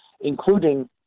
including